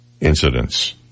incidents